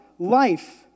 life